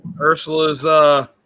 Ursula's